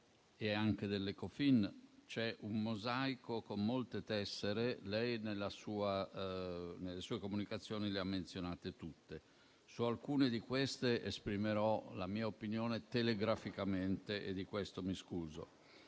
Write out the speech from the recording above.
e anche dell'Ecofin c'è un mosaico con molte tessere e lei, nelle sue comunicazioni, le ha menzionate tutte. Su alcune di esse esprimerò la mia opinione telegraficamente e di questo mi scuso.